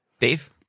Dave